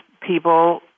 people